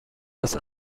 است